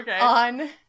on